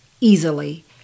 easily